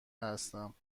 هستم